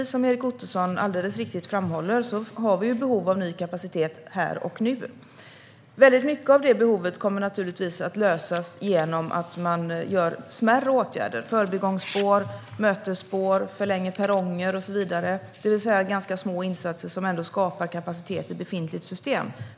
Som Erik Ottoson alldeles riktigt framhåller har vi behov av ny kapacitet här och nu. Det behovet kommer naturligtvis till stor del att tillgodoses genom smärre åtgärder: förbigångsspår, mötesspår, förlängda perronger och så vidare. Det rör sig alltså om ganska små insatser som ändå skapar kapacitet i befintligt system.